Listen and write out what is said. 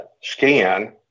scan